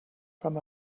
from